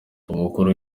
umukuru